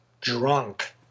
drunk